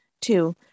Two